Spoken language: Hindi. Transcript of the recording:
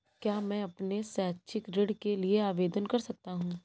क्या मैं अपने शैक्षिक ऋण के लिए आवेदन कर सकता हूँ?